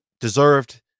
deserved